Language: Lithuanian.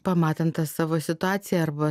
pamatant tą savo situaciją arba